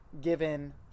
given